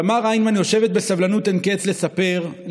תמר היימן יושבת בסבלנות אין-קץ לספר,